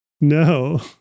No